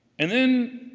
and then,